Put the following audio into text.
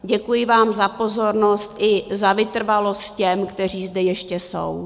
Děkuji vám za pozornost i za vytrvalost těm, kteří zde ještě jsou.